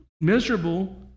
miserable